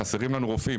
חסרים לנו רופאים,